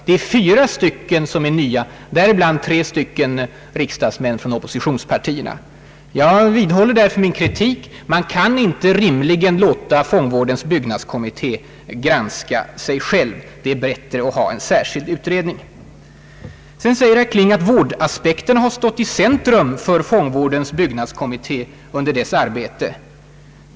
Det är fyra som är nya, däribland tre riksdagsmän från oppositionspartierna. Jag vidhåller därför min kritik. Man kan inte rimligen låta fångvårdens byggnadskommitté granska sig själv. Det är bättre att ha en särskild utredning. Vidare säger herr Kling, att vårdaspekten har stått i centrum för fångvårdens byggnadskommitté under dess arbete.